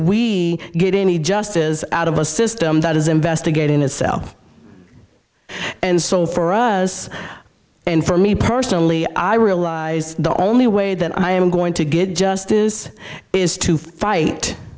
we get any just is out of a system that is investigating itself and so for us and for me personally i realize the only way that i am going to get justice is to fight